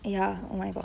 ya oh my god